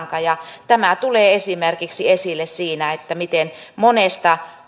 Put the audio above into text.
lanka tämä tulee esille esimerkiksi siinä miten monesta